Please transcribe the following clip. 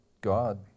God